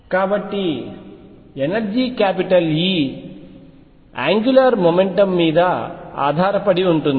కాబట్టి energy E angular momentum మీద ఆధారపడి ఉంటుంది